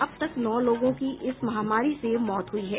अब तक नौ लोगों की इस महामारी से मौत हुई है